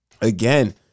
Again